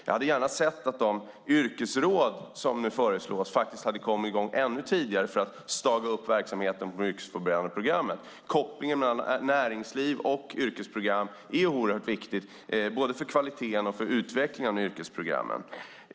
Jag hade gärna sett att de yrkesråd som nu föreslås hade kommit i gång ännu tidigare för att staga upp verksamheten på de yrkesförberedande programmen. Kopplingen mellan näringsliv och yrkesprogram är oerhört viktig, både för kvaliteten och för utvecklingen av yrkesprogrammen.